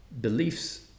beliefs